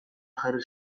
jarri